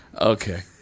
Okay